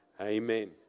Amen